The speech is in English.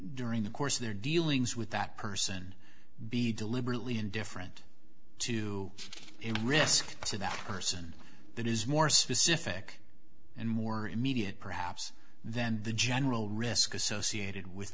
during the course of their dealings with that person be deliberately indifferent to a risk to that person that is more specific and more immediate perhaps then the general risk associated with